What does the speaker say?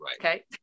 okay